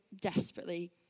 desperately